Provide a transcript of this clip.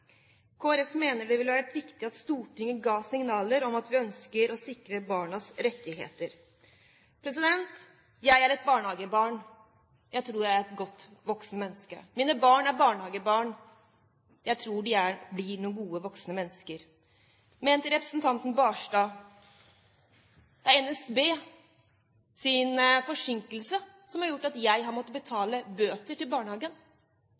mener det vil være viktig at Stortinget gir signal om at vi ønsker å sikre barnas rettigheter. Jeg er et barnehagebarn. Jeg tror jeg er et godt voksent menneske. Mine barn er barnehagebarn. Jeg tror de blir noen gode voksne mennesker. Men til representanten Knutson Barstad: Det er NSBs forsinkelser som har gjort at jeg har måttet betale bøter til barnehagen,